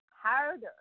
harder